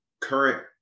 current